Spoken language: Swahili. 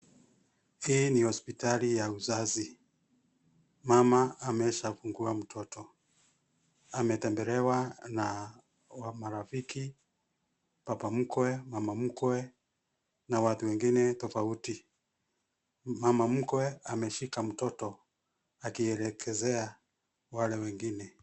Hii ni hospitali ya uzazi, mama ameshajifungua mtoto. Ametembelewa na marafiki, baba mkwe, mama mkwe, na watu wengine tofauti. Mama mkwe ameshika mtoto akielekezea wale wengine.